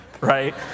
right